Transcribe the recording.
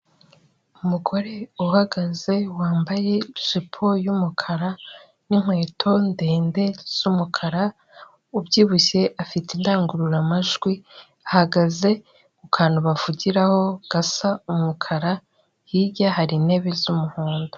Umugore uhagaze wambaye jipo y'umukara n'inkweto ndende z'umukara, ubyibushye, afite indangurura majwi ahagaze ku kantu bavugiraho gasa umukara, hirya hari intebe z'umuhondo.